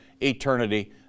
eternity